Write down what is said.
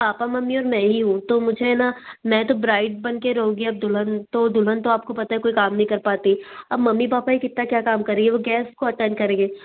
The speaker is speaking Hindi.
पापा मम्मी और मैं ही हूँ तो मुझे न मैं तो ब्राइड बन के रहूँगी अब दुल्हन तो दुल्हन तो आपको पता है कोई काम नहीं कर पाती अब मम्मी पापा ही कितना क्या काम करे वो गेस्ट को अटेन्ड करेंगे